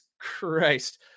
Christ